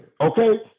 okay